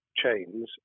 chains